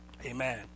Amen